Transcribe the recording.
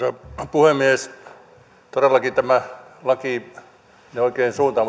puhemies todellakin tämä laki vie oikeaan suuntaan